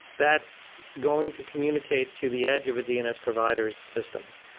that's going to communicate to the edge of a dns provider's systems.